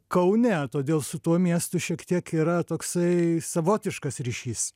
kaune todėl su tuo miestu šiek tiek yra toksai savotiškas ryšys